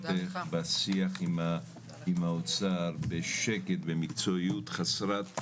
על השיח עם האוצר בשקט ובמקצועיות חסרת תקדים.